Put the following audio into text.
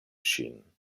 ŝin